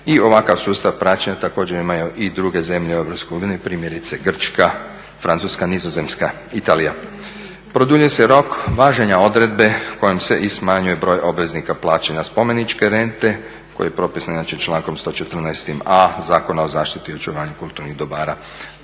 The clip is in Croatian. I ovakav sustav praćenja također imaju i druge zemlje u Europskoj uniji primjerice Grčka, Francuska, Nizozemska, Italija. Produljuje se rok važenja odredbe kojom se i smanjuje broj obveznika plaćanja spomeničke rente koji je propisan inače člankom 114.a Zakona o zaštiti i očuvanju kulturnih dobara